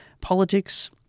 politics